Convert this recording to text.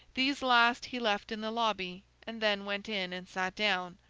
these last he left in the lobby, and then went in and sat down.